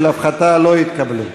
ההסתייגויות